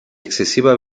excesiva